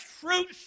fruit